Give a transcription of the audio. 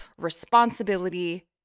responsibility